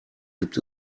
gibt